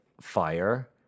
fire